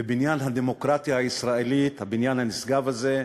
בבניין הדמוקרטיה הישראלית, הבניין הנשגב הזה,